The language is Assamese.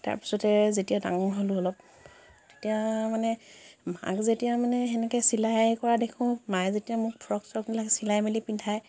তাৰপিছতে যেতিয়া ডাঙৰ হ'লোঁ অলপ তেতিয়া মানে মাক যেতিয়া মানে সেনেকৈ চিলাই কৰা দেখোঁ মায়ে যেতিয়া মোক ফ্ৰক চ্ৰকবিলাক চিলাই মেলি পিন্ধাই